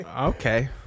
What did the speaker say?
okay